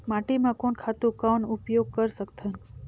माटी म कोन खातु कौन उपयोग कर सकथन?